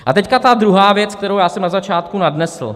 A teď ta druhá věc, kterou jsem na začátku nadnesl.